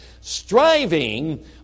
Striving